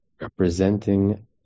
representing